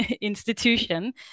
institution